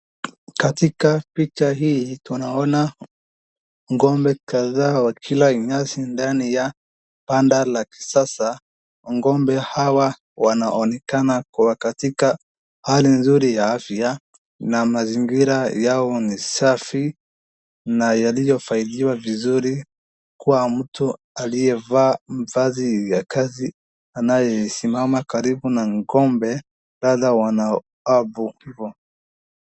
Katika picha hii tunaona ng'ombe kadhaa wakila nyasi ndani ya panda la kisasa. Ng'ombe hawa wanaonekana wako katika hali nzuri ya afya na mazingira yao ni safi na yaliyofagiwa vizuri kwa mtu aliyevaa mavazi ya kazi anayesimama karibu na ng'ombe kadhaa wana